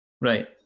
Right